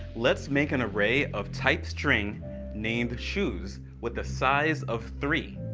let's make an array of type string named shoes with a size of three.